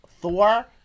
Thor